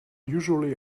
usually